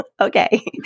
okay